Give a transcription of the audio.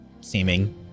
seeming